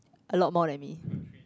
a lot more than me